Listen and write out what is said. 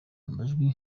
amajwi